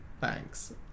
Thanks